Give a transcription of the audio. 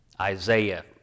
Isaiah